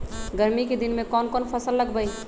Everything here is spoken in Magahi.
गर्मी के दिन में कौन कौन फसल लगबई?